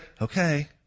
Okay